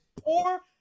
poor